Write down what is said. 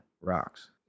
rocks